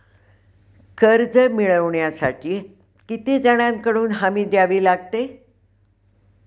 कर्ज मिळवण्यासाठी किती जणांकडून हमी द्यावी लागते?